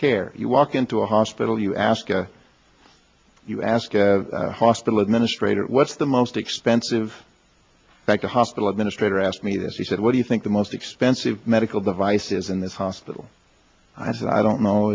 care you walk into a hospital you ask you ask hospital administrator what's the most expensive like a hospital administrator asked me this he said what do you think the most expensive medical device is in this hospital i don't know